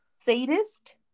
Sadist